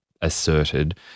asserted